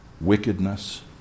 wickedness